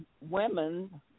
women